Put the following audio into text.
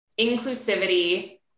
inclusivity